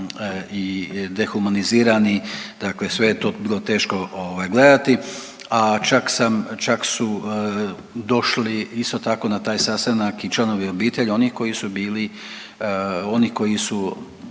i dehumanizirani, dakle sve je to bilo teško gledati. A čak sam, čak su došli isto tako na taj sastanak i članovi obitelji onih koji su bili, oni koji su